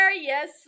Yes